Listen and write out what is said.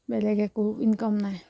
বেলেগে একো ইনকম নাই